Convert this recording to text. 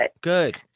Good